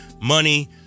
money